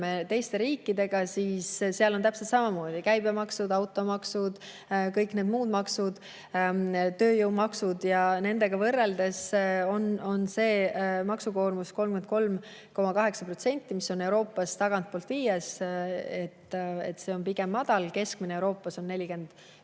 teiste riikidega, siis seal on täpselt samamoodi käibemaksud, automaksud, kõik need muud maksud, tööjõumaksud, ja nendega võrreldes on see maksukoormus 33,8%, mis on Euroopas tagantpoolt viies, pigem madal. Keskmine Euroopas on 41%,